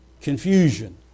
confusion